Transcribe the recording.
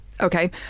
Okay